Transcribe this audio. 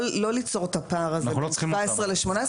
לא ליצור את הפער הזה בין 17 ל-18,